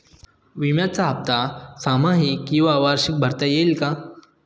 विम्याचा हफ्ता सहामाही किंवा वार्षिक भरता येईल का?